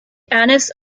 anise